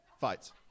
Fights